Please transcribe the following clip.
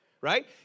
right